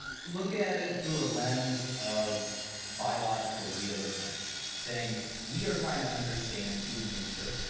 look at it through lands of biological realism saying we are trying to understand human nature,